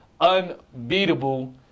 unbeatable